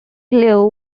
glue